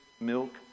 milk